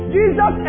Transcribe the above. Jesus